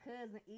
cousin